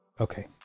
okay